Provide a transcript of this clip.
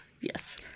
yes